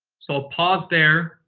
so, i'll pause there.